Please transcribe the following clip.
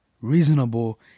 reasonable